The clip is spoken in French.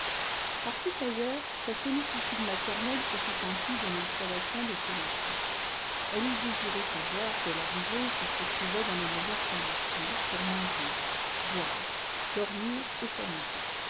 partout ailleurs sa sollicitude maternelle se fût enquis de l'installation de ses enfants elle eût désiré savoir dès l'arrivée s'ils se trouvaient dans les meilleures conditions pour manger boire dormir et s'amuser